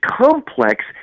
complex